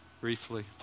briefly